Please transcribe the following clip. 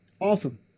Awesome